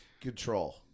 control